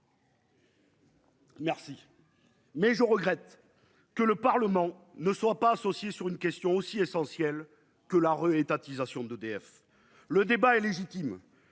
Merci, mais je regrette que le Parlement ne soit pas associé sur une question aussi essentielle que la rue étatisation d'EDF, le débat est légitime